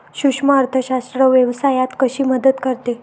सूक्ष्म अर्थशास्त्र व्यवसायात कशी मदत करते?